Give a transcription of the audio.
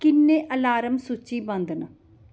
किन्ने अलार्म सूचीबद्ध न